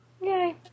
Yay